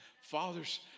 Fathers